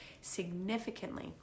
significantly